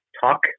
talk